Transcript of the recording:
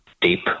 deep